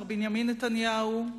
מר בנימין נתניהו,